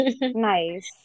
nice